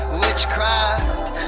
witchcraft